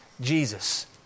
Jesus